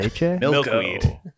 Milkweed